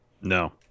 No